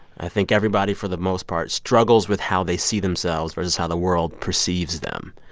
i think everybody for the most part struggles with how they see themselves versus how the world perceives them.